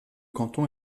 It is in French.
canton